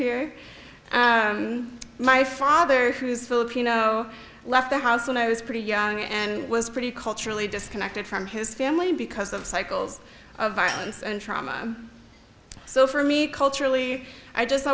here my father who's filipino left the house when i was pretty young and was pretty culturally disconnected from his family because of cycles of violence and trauma so for me culturally i just